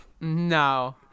no